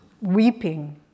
weeping